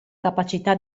capacità